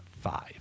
five